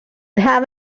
have